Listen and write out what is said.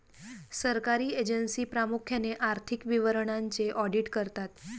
सरकारी एजन्सी प्रामुख्याने आर्थिक विवरणांचे ऑडिट करतात